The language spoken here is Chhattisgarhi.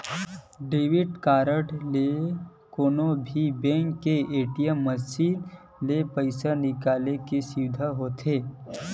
डेबिट कारड ले कोनो भी बेंक के ए.टी.एम मसीन ले पइसा निकाले के सुबिधा होथे